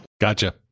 Gotcha